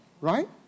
right